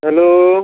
hello